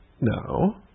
No